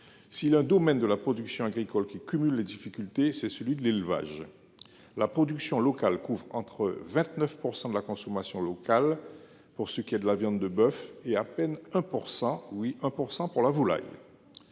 S’il est un domaine de la production agricole qui cumule les difficultés, c’est celui de l’élevage. La production locale couvre ainsi 29 % de la consommation locale pour ce qui est de la viande de bœuf, et à peine 1 %– oui